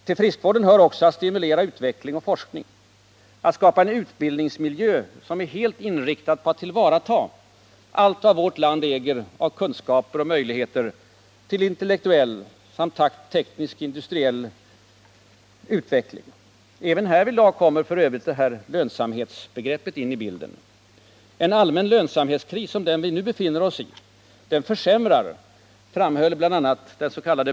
Till friskvården hör också att stimulera utveckling och forskning, att skapa en utbildningsmiljö som är helt inriktad på att tillvarata allt vad vårt land äger av kunskaper och möjligheter till intellektuell samt teknisk-industriell utveckling. Även härvidlag kommer f. ö. lönsamhetsbegreppet in i bilden. En allmän lönsamhetskris som den vi nu befinner oss i försämrar — framhöll bl.a. dens.k.